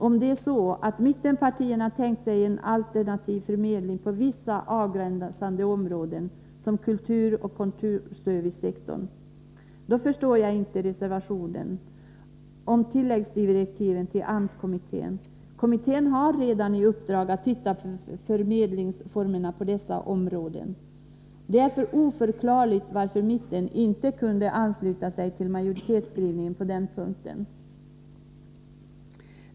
Om det är så att mittenpartierna tänkt sig en alternativ förmedling på vissa avgränsade områden, som kulturoch kontorsservicesektorerna, då förstår jag inte det som sägs i reservationen om tilläggsdirektiv till AMS-kommittén. Kommittén har redan i uppdrag att se på förmedlingsformerna inom dessa områden. Det är oförklarligt att mittenpartierna inte kunde ansluta sig till majoritetsskrivningen på den här punkten.